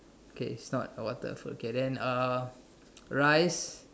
okay it's not a water a food okay then uh rice